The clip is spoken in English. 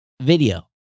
video